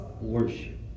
worship